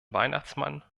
weihnachtsmann